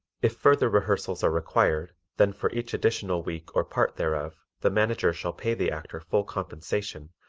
if further rehearsals are required then for each additional week or part thereof the manager shall pay the actor full compensation,